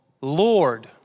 Lord